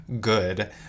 good